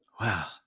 Wow